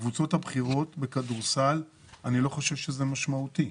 לקבוצות הבכירות בכדורסל אני לא חושב שזה משמעותי.